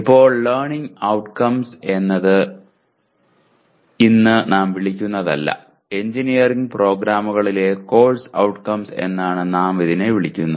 ഇപ്പോൾ learning outcomes എന്നത് ഇന്ന് നാം വിളിക്കുന്നതല്ല എഞ്ചിനീയറിംഗ് പ്രോഗ്രാമുകളിലെ കോഴ്സ് ഔട്ട്കംസ് എന്നാണ് നാം ഇതിനെ വിളിക്കുന്നത്